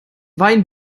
wein